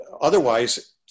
otherwise